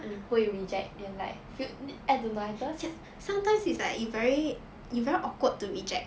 你不会 reject then like I don't know I just